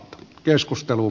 keskustelu